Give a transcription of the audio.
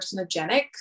carcinogenic